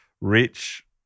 rich